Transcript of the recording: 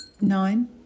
Nine